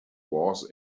was